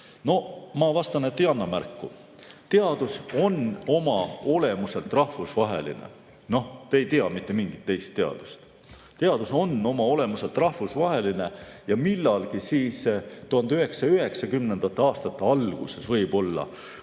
No ma vastan, et ei anna märku. Teadus on oma olemuselt rahvusvaheline. Noh, te ei tea mitte mingit teist teadust. Teadus on oma olemuselt rahvusvaheline. Võib-olla 1990. aastate alguses, kui